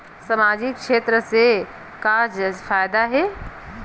सामजिक क्षेत्र से का फ़ायदा हे?